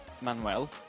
manuel